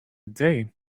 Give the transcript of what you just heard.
day